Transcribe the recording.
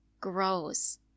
grows